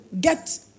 get